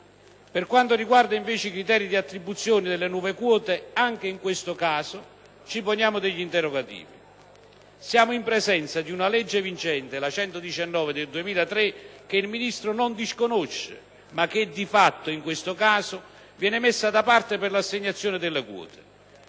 Per quanto riguarda, invece, i criteri di attribuzione delle nuove quote, anche in questo caso ci poniamo degli interrogativi. Siamo in presenza di una legge vincente, la n. 119 del 2003, che il Ministro non disconosce ma che di fatto, in questo caso, viene messa da parte per l'assegnazione delle quote.